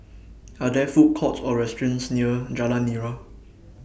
Are There Food Courts Or restaurants near Jalan Nira